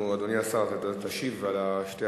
אנחנו תיכף נעבור.